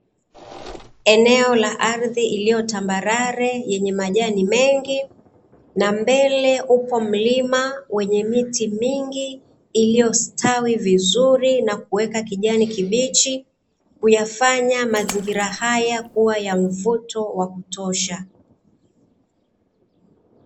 Eneo la ardhi iliyotambarare yenye majani mengi, na mbele upo mlima wenye miti mingi iliyostawi vizuri na kuweka kijani kibichi, kuyafanya mazingira haya kuwa ya mvuto wa kutosha.